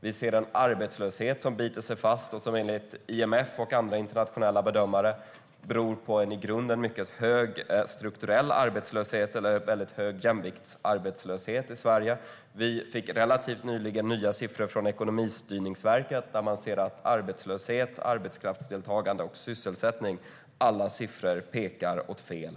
Vi ser en arbetslöshet som biter sig fast och som enligt IMF och andra internationella bedömare beror på en i grunden mycket hög strukturell arbetslöshet eller väldigt hög jämviktsarbetslöshet i Sverige. Vi fick relativt nyligen nya siffror från Ekonomistyrningsverket. Man ser där att alla siffror pekar åt fel håll när det gäller arbetslöshet, arbetskraftsdeltagande och sysselsättning. Fru talman!